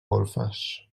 golfes